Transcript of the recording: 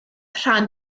rhan